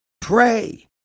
pray